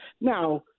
Now